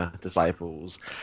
disciples